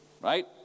Right